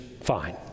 fine